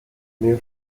nido